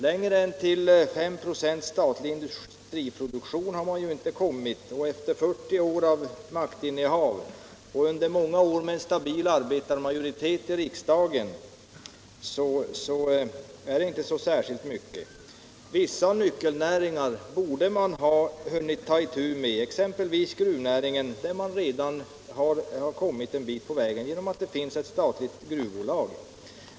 Längre än till 5 96 statlig industriproduktion har man inte kommit. Efter 40 år av maktinnehav och många år med stabil arbetarmajoritet i riksdagen är det inte särskilt mycket. Vissa nyckelnäringar borde man ha hunnit ta itu med, exempelvis gruvnäringen, där man redan kommit en bit på väg genom att det finns ett statligt gruvbolag.